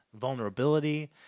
vulnerability